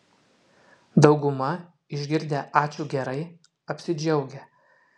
dauguma išgirdę ačiū gerai apsidžiaugia